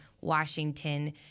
Washington